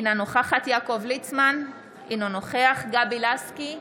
אינה נוכחת יעקב ליצמן, אינו נוכח גבי לסקי,